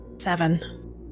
Seven